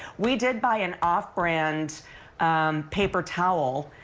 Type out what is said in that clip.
we did buy an offbrand um paper towel,